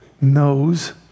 knows